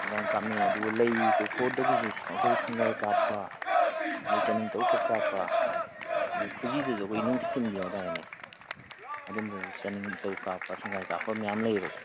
ꯑꯗꯨꯃꯥꯏꯅ ꯀꯥꯞꯅꯩ ꯑꯗꯨꯒ ꯂꯩ ꯀꯣꯈꯣꯔꯗꯨꯒꯁꯨ ꯑꯩꯈꯣꯏ ꯁꯟꯈꯥꯏ ꯀꯥꯞꯄ ꯑꯗꯒꯤ ꯆꯅꯤꯡ ꯇꯔꯨꯛꯈꯛ ꯀꯥꯞꯄ ꯑꯗꯒꯤ ꯈꯨꯖꯤꯗꯁꯨ ꯅꯨꯡ ꯊꯤꯟꯕꯤ ꯍꯥꯏꯗꯥꯏꯅꯦ ꯑꯗꯨꯝꯕꯗꯁꯨ ꯆꯅꯤꯡ ꯇꯔꯨꯛ ꯀꯥꯞꯄ ꯁꯟꯈꯥꯏ ꯀꯥꯞꯄ ꯃꯌꯥꯝ ꯂꯩꯕꯀꯣ